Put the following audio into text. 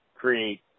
create